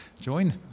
join